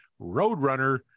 Roadrunner